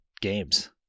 games